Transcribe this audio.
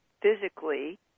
physically